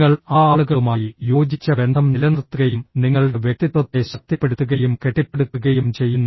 നിങ്ങൾ ആ ആളുകളുമായി യോജിച്ച ബന്ധം നിലനിർത്തുകയും നിങ്ങളുടെ വ്യക്തിത്വത്തെ ശക്തിപ്പെടുത്തുകയും കെട്ടിപ്പടുക്കുകയും ചെയ്യുന്നു